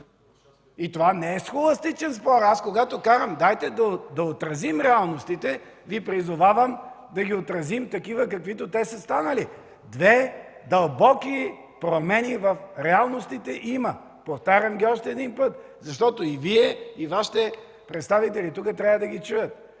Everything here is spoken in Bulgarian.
И това не е схоластичен спор. Когато казвам, дайте да отразим реалностите, Ви призовавам да ги отразим такива, каквито те са станали – две дълбоки промени в реалностите има. Повтарям ги още веднъж, защото и Вие и Вашите представители тук трябва да ги чуете.